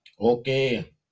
Okay